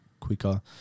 quicker